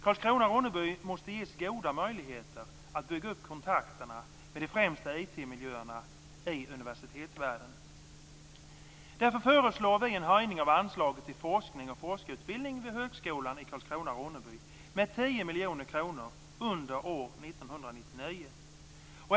Karlskrona Ronneby med 10 miljoner kronor under år 1999.